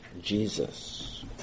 Jesus